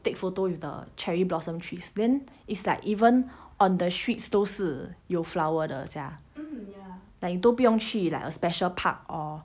take photo with the cherry blossom trees then it's like even on the streets 都是有 flower 的 sia like 你都都不用去 like a special park or